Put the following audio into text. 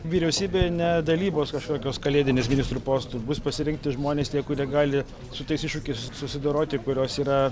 vyriausybė ne dalybos kažkokios kalėdinės ministrų postų bus pasirinkti žmonės tie kurie gali su tais iššūkiais susidoroti kurios yra